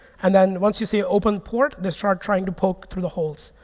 and then once you see a open port, they start trying to poke through the holes.